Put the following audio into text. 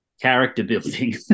character-building